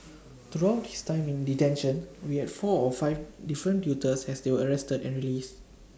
throughout his time in detention we had four or five different tutors as they were arrested and released